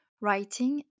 writing